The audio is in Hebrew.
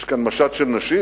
יש כאן משט של נשים?